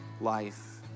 life